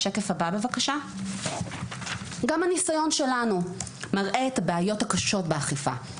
גם הניסיון שלנו מראה את הבעיות הקשות באכיפה.